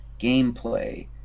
gameplay